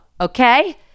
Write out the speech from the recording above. okay